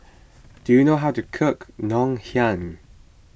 do you know how to cook Ngoh Hiang